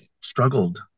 struggled